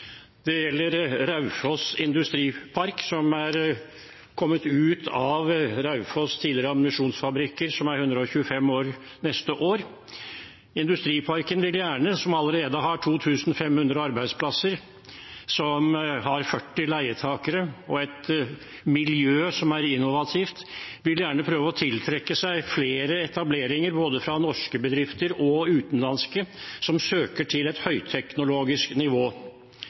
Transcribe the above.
Det gjelder Raufoss Industripark, etter tidligere Raufoss Ammunisjonsfabrikker, som er 125 år neste år. Industriparken, som allerede har 2 500 arbeidsplasser, som har 40 leietakere og et miljø som er innovativt, vil gjerne prøve å tiltrekke seg flere etableringer fra både norske bedrifter og utenlandske som søker seg til et høyteknologisk nivå.